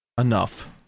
enough